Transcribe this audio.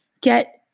get